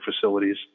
facilities